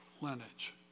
lineage